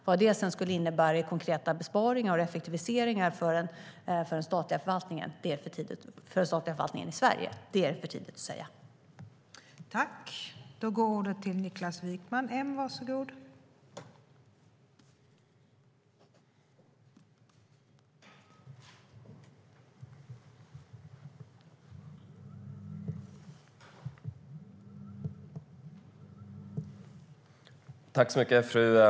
Vad det sedan skulle innebära i konkreta besparingar och effektiviseringar för den statliga förvaltningen i Sverige är för tidigt att säga.